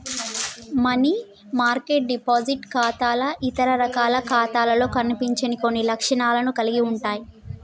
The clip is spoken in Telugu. మనీ మార్కెట్ డిపాజిట్ ఖాతాలు ఇతర రకాల ఖాతాలలో కనిపించని కొన్ని లక్షణాలను కలిగి ఉంటయ్